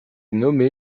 nommé